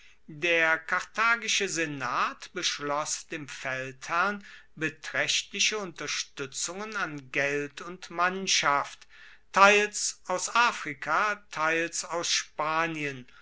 der karthagische senat beschloss dem feldherrn betraechtliche unterstuetzungen an geld und mannschaft teils aus afrika teils aus spanien